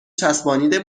چسبانیده